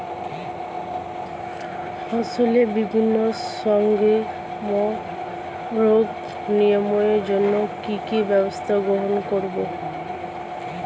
ফসলের বিভিন্ন সংক্রামক রোগ নিরাময়ের জন্য কি কি ব্যবস্থা গ্রহণ করব?